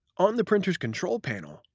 on the printer's control panel,